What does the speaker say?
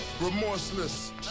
Remorseless